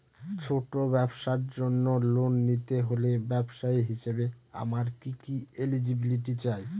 ছোট ব্যবসার জন্য লোন নিতে হলে ব্যবসায়ী হিসেবে আমার কি কি এলিজিবিলিটি চাই?